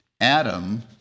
Adam